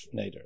Nader